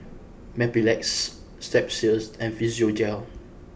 Mepilex Strepsils and Physiogel